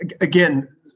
Again